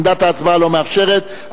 עמדת ההצבעה לא מאפשרת,